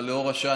אבל לאור השעה,